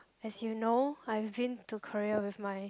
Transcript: as you know I've been to Korea with my